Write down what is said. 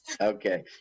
Okay